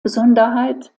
besonderheit